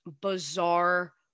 bizarre